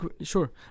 Sure